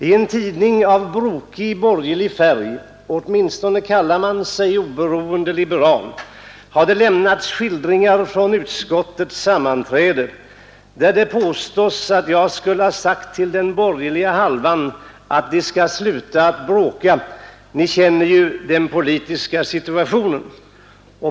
I en tidning av brokig borgerlig färg — åtminstone kallar den sig oberoende liberal — har det lämnats skildringar från utskottets sammanträden, där det påstås att jag till den borgerliga halvan skulle ha sagt: Ni skall sluta att bråka. Ni känner ju den politiska situationen.